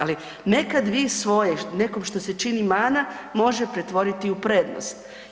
Ali vi nekad vi svoje, nekom što se čini mana može pretvoriti u prednost.